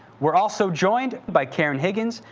we're also joined by karen higgins.